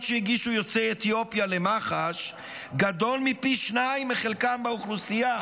שהגישו יוצאי אתיופיה למח"ש גדול מפי שניים מחלקם באוכלוסייה.